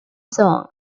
song